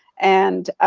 and